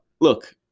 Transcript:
look